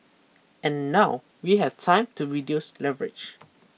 and now we have time to reduce leverage